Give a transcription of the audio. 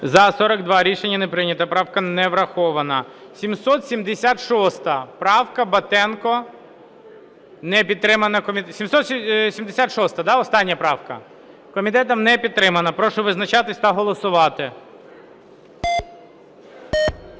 За-42 Рішення не прийнято. Правка не врахована. 776 правка, Батенко. Не підтримана... 776-а, да, остання правка? Комітетом не підтримана. Прошу визначатись та голосувати.